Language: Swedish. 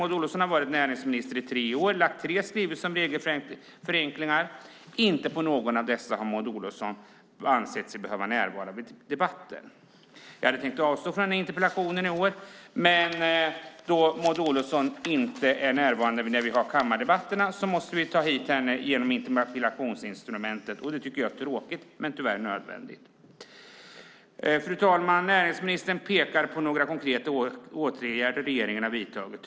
Maud Olofsson har varit näringsminister i tre år och lagt fram tre skrivelser som regelförenklingar. Inte vid något av dessa tillfällen har Maud Olofsson ansett sig behöva närvara vid debatten. Jag hade tänkt avstå från den här interpellationen i år, men då Maud Olofsson inte är närvarande när vi har kammardebatterna måste vi ta hit henne genom interpellationsinstrumentet. Det tycker jag är tråkigt, men det är tyvärr nödvändigt. Fru talman! Näringsministern pekar på några konkreta åtgärder som regeringen har vidtagit.